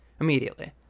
immediately